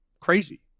crazy